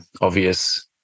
obvious